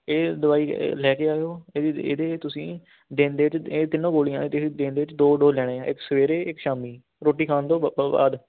ਇਹ ਦਵਾਈ ਲੈ ਕੇ ਆਇਓ ਇਹਦੇ ਇਹਦੇ ਤੁਸੀਂ ਦਿਨ ਦੇ ਵਿੱਚ ਇਹ ਤਿੰਨੋਂ ਗੋਲੀਆਂ ਤੁਸੀਂ ਦਿਨ ਦੇ ਵਿੱਚ ਦੋ ਡੋਜ ਲੈਣੇ ਹੈ ਇੱਕ ਸਵੇਰੇ ਇੱਕ ਸ਼ਾਮੀ ਰੋਟੀ ਖਾਣ ਤੋਂ ਬ ਬ ਬਾਅਦ